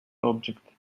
object